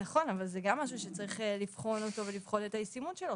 נכון, אבל זה גם משהו שצריך לבחון את הישימות שלו.